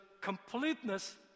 completeness